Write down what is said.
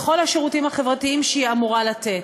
בכל השירותים החברתיים שהיא אמורה לתת.